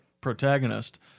protagonist